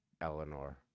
Eleanor